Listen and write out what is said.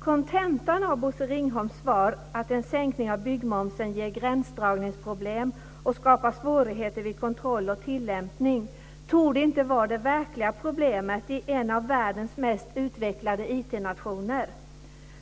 Kontentan av Bosse Ringholms svar att en sänkning av byggmomsen ger gränsdragningsproblem och skapar svårigheter vid kontroll och tilllämpning torde inte vara det verkliga problemet i en av världens mest utvecklade IT-nationer.